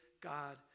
God